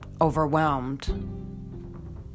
overwhelmed